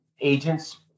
agents